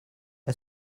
est